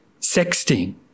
sexting